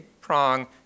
prong